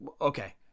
Okay